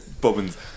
Bobbins